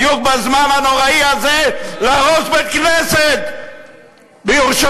בדיוק בזמן הנוראי הזה להרוס בית-כנסת בירושלים.